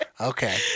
Okay